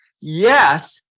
yes